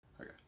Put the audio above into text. Okay